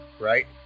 right